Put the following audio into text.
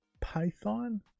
python